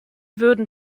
würden